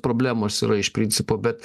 problemos yra iš principo bet